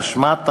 באשמת הממשלה,